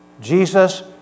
Jesus